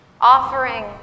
offering